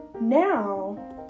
now